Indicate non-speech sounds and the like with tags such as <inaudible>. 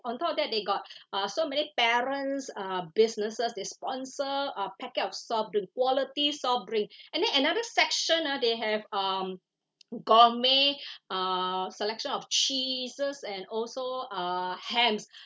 on top of that they got <breath> uh so many parents uh businesses they sponsor a packet of soft drink quality soft drink <breath> and then another section ah they have um gourmet <breath> uh selection of cheeses and also uh hams